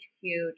huge